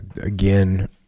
again